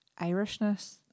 irishness